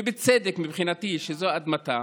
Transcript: בצדק, מבחינתי, שזו אדמתם.